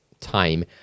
time